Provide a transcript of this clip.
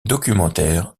documentaire